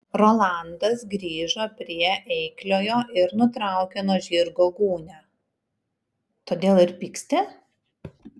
rolandas grįžo prie eikliojo ir nutraukė nuo žirgo gūnią todėl ir pyksti